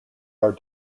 are